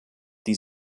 die